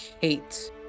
hate